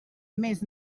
més